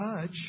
touch